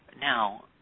Now